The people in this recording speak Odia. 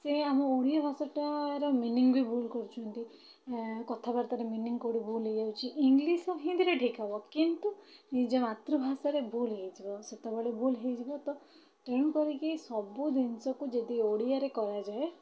ସେ ଆମ ଓଡ଼ିଆ ଭାଷାଟାର ମିନିଙ୍ଗ୍ ବି ଭୁଲ୍ କରୁଛନ୍ତି କଥାବାର୍ତ୍ତାରେ ମିନିଙ୍ଗ୍ କୋଉଠି ଭୁଲ୍ ହେଇଯାଉଛି ଇଂଗ୍ଲିଶ୍ ଆଉ ହିନ୍ଦୀରେ ଠିକ୍ ହେବ କିନ୍ତୁ ନିଜ ମାତୃ ଭାଷାରେ ଭୁଲ୍ ହେଇଯିବ ସେତେବେଳେ ଭୁଲ୍ ହେଇଯିବ ତ ତେଣୁକରିକି ସବୁ ଜିନିଷକୁ ଯଦି ଓଡ଼ିଆରେ କରାଯାଏ